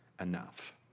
enough